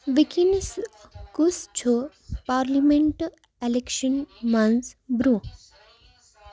وٕنۍکٮ۪نَس کُس چھُ پارلِمٮ۪نٛٹ اٮ۪لٮ۪کشَن منٛز برٛۄنٛہہ